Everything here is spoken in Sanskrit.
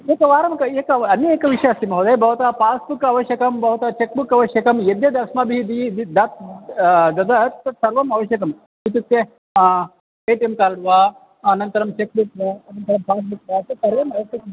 एकवारं कैलेटव् अन्य एकः विषयः अस्ति महोदय भवतः पास्बुक् आवश्यकं भवतः चेक्बुक् आवश्यकं यद्यद् अस्माभिः दि द् दा ददात् तत् सर्वम् आवश्यकम् इत्युक्ते ए टि एम् कार्ड् वा अनन्तरं चेक्बुक् वा अनन्तरं पास्बुक् वा तत् सर्वम् आवश्यकम्